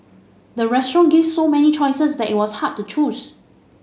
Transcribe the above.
the restaurant gave so many choices that it was hard to choose